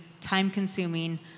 time-consuming